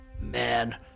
man